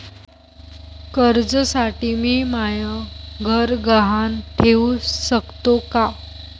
कर्जसाठी मी म्हाय घर गहान ठेवू सकतो का